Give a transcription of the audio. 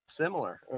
similar